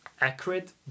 accurate